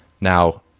Now